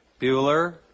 Bueller